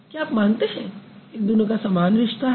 क्या आप मानते हैं इन दोनों का समान रिश्ता है